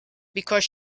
because